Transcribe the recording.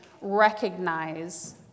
recognize